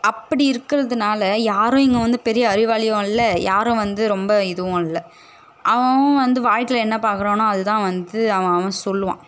அப்படி இருக்கிறதுனால யாரும் இங்கே வந்து பெரிய அறிவாளியும் இல்லை யாரும் வந்து ரொம்ப இதுவும் இல்லை அவன் அவன் வந்து வாழ்க்கையில் என்ன பார்க்குறானோ அது தான் வந்து அவன் அவன் சொல்லுவான்